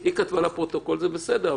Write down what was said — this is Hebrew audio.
היא אמרה לפרוטוקול וזה בסדר,